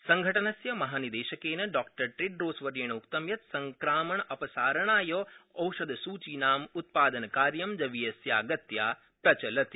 संघटनस्य महानिदेशकेन डॉ टेड्रोसवर्येण उक्तं यत् संक्रमणापसारणाय औषधसूचीनाम् उत्पादनकार्यं जवीयस्या गत्या प्रचलति